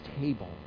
table